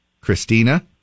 Christina